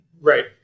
Right